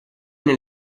nel